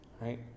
right